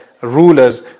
rulers